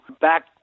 Back